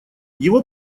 его